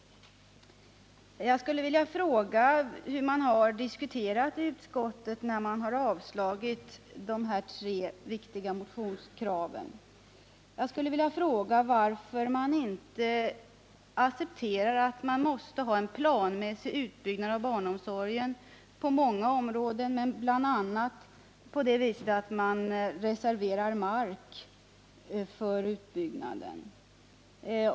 Jag skulle vilja fråga hur man i utskottet resonerade när man avstyrkte de här viktiga motionskraven. Varför accepterar man inte en planmässig utbyggnad av barnomsorgen, bl.a. genom att reservera mark för utbyggnaden?